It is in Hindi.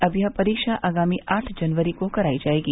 अब यह परीक्षा आगामी आठ जनवरी को कराई जायेगी